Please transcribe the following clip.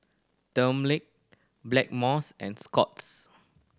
Dermale Blackmores and Scott's